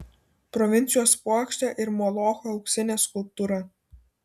provincijos puokštė ir molocho auksinė skulptūra